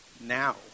now